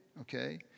Okay